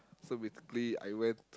so basically I went